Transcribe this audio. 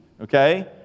okay